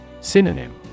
Synonym